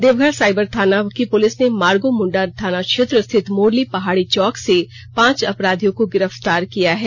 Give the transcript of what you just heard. Deoghar cyber थाना की police ने मार्गो मुंडा थाना क्षेत्र स्थित मोरली पहाड़ी चौक से पांच अपराधियो को गिरफ्तार किया है